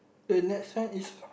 the next one is